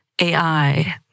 AI